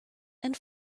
and